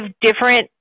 different